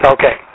Okay